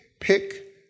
pick